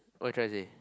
what you trying to say